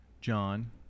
John